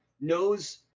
knows